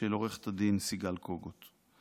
של עו"ד סיגל קוגוט.